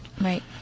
Right